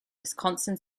wisconsin